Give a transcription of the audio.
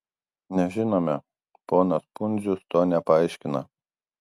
nežinome ponas pundzius to nepaaiškina